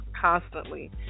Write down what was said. constantly